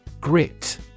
Grit